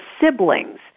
siblings